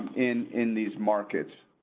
in in these markets,